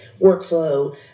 workflow